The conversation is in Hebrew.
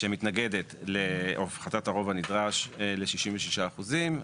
שמתנגדת להפחתת הרוב הנדרש ל-66 אחוזים.